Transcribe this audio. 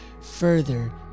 further